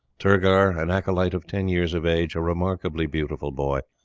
turgar, an acolyte of ten years of age a remarkably beautiful boy,